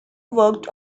worked